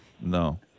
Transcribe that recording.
no